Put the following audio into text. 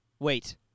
Wait